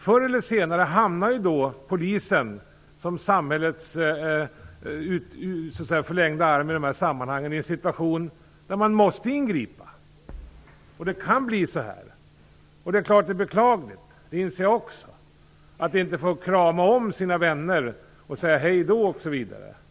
Förr eller senare hamnar ju då polisen, som är samhällets förlängda arm i dessa sammanhang, i en situation då man måste ingripa. Det kan bli så här. Det är klart att det är beklagligt - det inser jag också - att inte få krama om sina vänner och säga hej då osv.